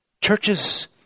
Churches